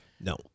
No